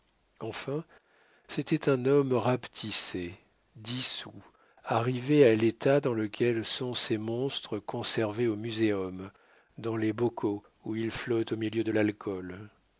enfin c'était un homme rapetissé dissous arrivé à l'état dans lequel sont ces monstres conservés au muséum dans les bocaux où ils flottent au milieu de l'alcool